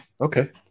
Okay